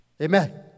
Amen